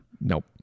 Nope